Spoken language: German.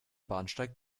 bahnsteig